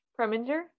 Preminger